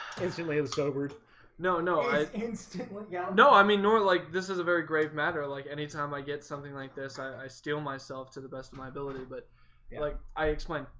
instantly sobered no no i instantly yeah know i mean nor like this is a very grave matter like anytime i get something like this i steel myself to the best of my ability, but yeah like i explained